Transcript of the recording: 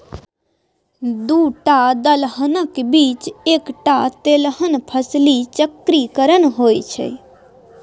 दूटा दलहनक बीच एकटा तेलहन फसली चक्रीकरण होए छै